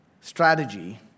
strategy